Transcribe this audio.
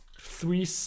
three